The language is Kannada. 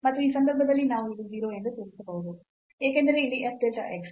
ಮತ್ತು ಈ ಸಂದರ್ಭದಲ್ಲಿ ನಾವು ಇದು 0 ಎಂದು ತೋರಿಸಬಹುದು ಏಕೆಂದರೆ ಇಲ್ಲಿ f delta x